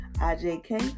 I-J-K